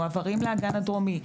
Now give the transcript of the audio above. מועברים לאגן הדרומי,